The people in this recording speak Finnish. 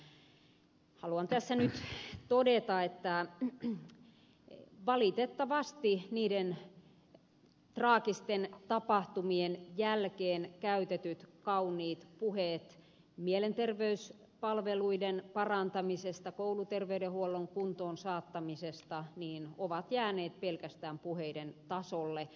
haluan tässä nyt todeta että valitettavasti niiden traagisten tapahtumien jälkeen pidetyt kauniit puheet mielenterveyspalveluiden parantamisesta kouluterveydenhuollon kuntoon saattamisesta ovat jääneet pelkästään puheiden tasolle